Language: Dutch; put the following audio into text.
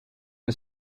een